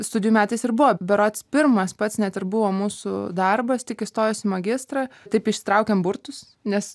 studijų metais ir buvo berods pirmas pats net ir buvo mūsų darbas tik įstojus į magistrą taip išsitraukėm burtus nes